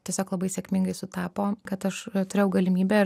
tiesiog labai sėkmingai sutapo kad aš turėjau galimybę ir